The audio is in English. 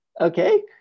okay